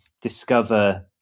discover